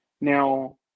Now